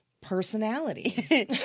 personality